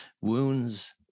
wounds